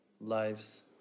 lives